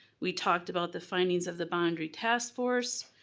we talked about the findings of the boundary task force,